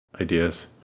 ideas